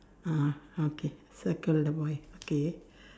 ah okay circle the boy okay